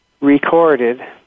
recorded